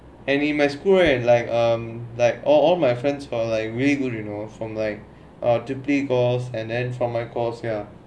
and in my school right like um like all my friends are like really good you know from typing course and from my course ya